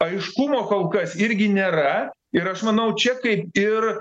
aiškumo kol kas irgi nėra ir aš manau čekai ir